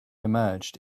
emerged